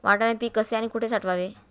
वाटाणा पीक कसे आणि कुठे साठवावे?